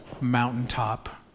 mountaintop